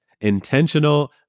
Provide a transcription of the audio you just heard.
intentional